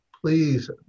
please